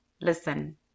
listen